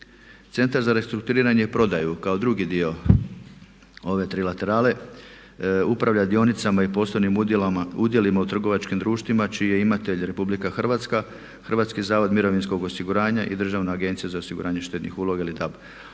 Centar za restrukturiranje i prodaju kao drugi dio ove trilaterale upravlja dionicama i poslovnim udjelima u trgovačkim društvima čiji je imatelj Republika Hrvatska, Hrvatski zavod mirovinskog osiguranja i Državna agencija za osiguranje štednih uloga ili DAB,